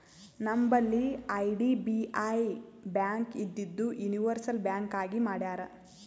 ನಂಬಲ್ಲಿ IDBI bank ಇದ್ದಿದು universal bank ಆಗಿ ಮಾಡ್ಯಾರ್